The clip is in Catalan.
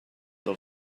del